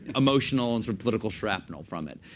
emotional and political shrapnel from it.